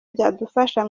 byadufasha